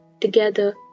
together